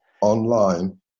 online